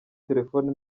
telefone